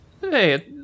Hey